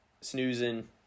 snoozing